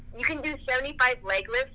you can do seventy five leg lifts,